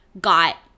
got